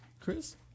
Chris